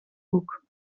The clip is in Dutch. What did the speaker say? boek